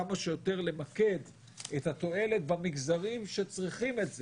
כמה שיותר למקד את התועלת במגזרים שצריכים את זה